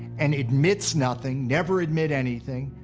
and admits nothing. never admit anything.